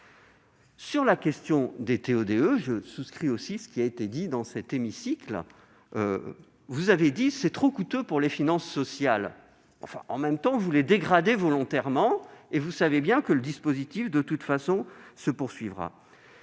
Sur la question des TO-DE, je souscris aussi à ce qui a été dit dans cet hémicycle. Vous avez jugé que c'était trop coûteux pour les finances sociales, mais, en même temps, vous les dégradez volontairement. Vous le savez bien, le dispositif, de toute façon, perdurera.